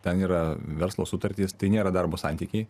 ten yra verslo sutartys tai nėra darbo santykiai